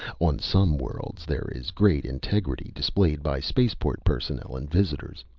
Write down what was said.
on some worlds there is great integrity displayed by spaceport personnel and visitors.